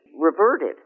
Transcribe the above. reverted